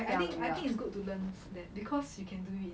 I think I think it's good to learn that because you can do it